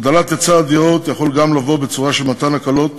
הגדלת היצע הדירות יכולה לבוא גם בצורה של מתן הקלות